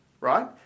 right